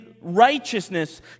Righteousness